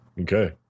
okay